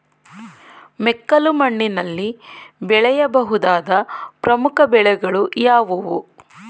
ಮೆಕ್ಕಲು ಮಣ್ಣಿನಲ್ಲಿ ಬೆಳೆಯ ಬಹುದಾದ ಪ್ರಮುಖ ಬೆಳೆಗಳು ಯಾವುವು?